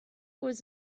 was